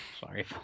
Sorry